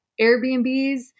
Airbnbs